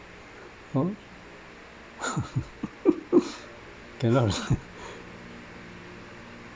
oh cannot